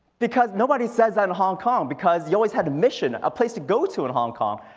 because nobody says that in hong kong because you always had a mission, a place to go to in hong kong.